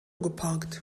geparkt